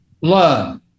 learn